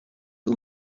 how